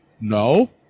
No